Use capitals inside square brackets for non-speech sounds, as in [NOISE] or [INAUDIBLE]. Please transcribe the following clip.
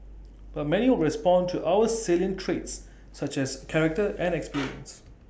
but many will respond to other salient traits such as character and [NOISE] experience